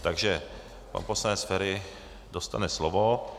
Takže pan poslanec Feri dostane slovo.